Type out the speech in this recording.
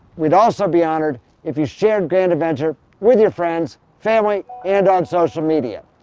we'd also be honored if you shared grand adventure with your friends, family, and on social media.